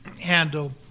handle